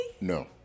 No